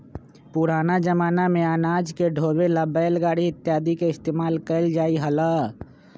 पुराना जमाना में अनाज के ढोवे ला बैलगाड़ी इत्यादि के इस्तेमाल कइल जा हलय